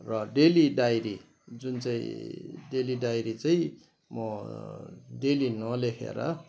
र daily diary जुन चाहिँ डेली डायरी चाहिँ म डेली नलेखेर